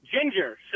ginger